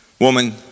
Woman